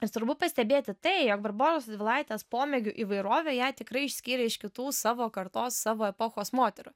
ir svarbu pastebėti tai jog barboros radvilaitės pomėgių įvairovė ją tikrai išskyrė iš kitų savo kartos savo epochos moterų